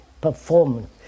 performance